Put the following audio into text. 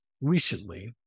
recently